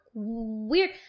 weird